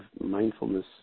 mindfulness